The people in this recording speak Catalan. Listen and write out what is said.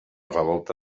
revolta